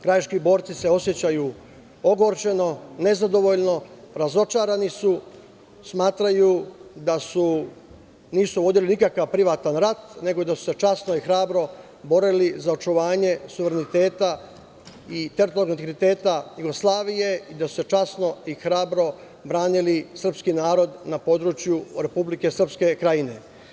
Krajiški borci se osećaju ogorčeno, nezadovoljno, razočarani su i smatraju da nisu vodili nikakav privatan rat, nego da su se časno i hrabro borili za očuvanje suvereniteta i teritorijalnog integriteta Jugoslavije i da su časno i hrabro branili srpski narod na području Republike Srpske Krajine.